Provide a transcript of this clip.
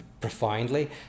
profoundly